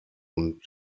und